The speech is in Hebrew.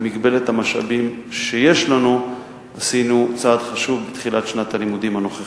במגבלת המשאבים שיש לנו עשינו צעד חשוב בתחילת שנת הלימודים הנוכחית.